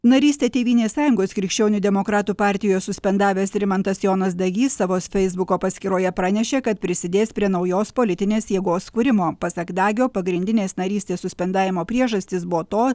narystę tėvynės sąjungos krikščionių demokratų partijo suspendavęs rimantas jonas dagys savo sfeisbuko paskyroje pranešė kad prisidės prie naujos politinės jėgos kūrimo pasak dagio pagrindinės narystės suspendavimo priežastys buvo to